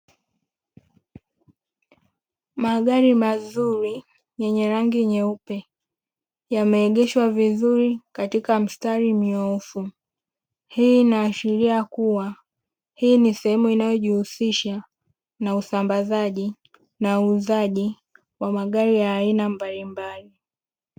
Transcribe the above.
Magari mazuri yenye rangi nyeupe yameegeshwa vizuri katika mstari mnyoofu, hii inaashiria kuwa hii ni sehemu inayojihusisha na usambazaji na uuzaji wa magari ya aina mbalimbali.